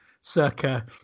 circa